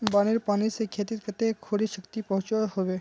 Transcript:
बानेर पानी से खेतीत कते खुरी क्षति पहुँचो होबे?